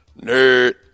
Nerd